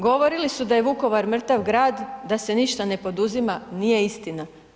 Govorili su da je Vukovar mrtav grad, da se ništa ne poduzima, nije istina.